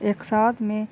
ایک ساتھ میں